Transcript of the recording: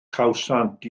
cawsant